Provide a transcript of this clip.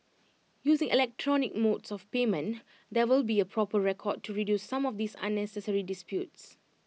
using electronic modes of payment there will be A proper record to reduce some of these unnecessary disputes